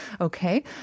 Okay